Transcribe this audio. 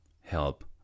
help